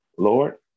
Lord